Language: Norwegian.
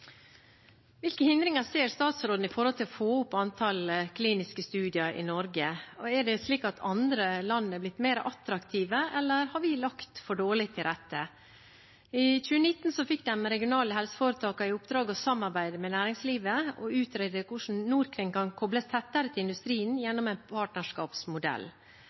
Hvilke hindringer ser statsråden når det gjelder å få opp antallet kliniske studier i Norge? Er det slik at andre land har blitt mer attraktive, eller har vi lagt for dårlig til rette? I 2019 fikk de regionale helseforetakene i oppdrag å samarbeide med næringslivet og utrede hvordan NorCRIN kan kobles tettere til industrien gjennom en partnerskapsmodell.